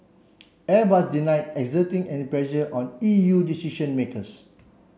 Airbus denied exerting any pressure on E U decision makers